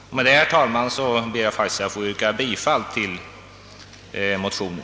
Med dessa ord, herr talman, ber jag att få yrka bifall till motionen.